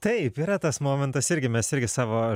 taip yra tas momentas irgi mes irgi savo